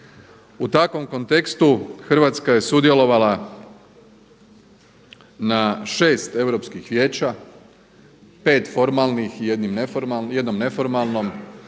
U takvom kontekstu Hrvatska je sudjelovala na 6. europskih vijeća, 5. formalnih i 1. neformalnim.